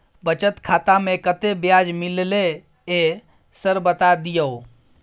बचत खाता में कत्ते ब्याज मिलले ये सर बता दियो?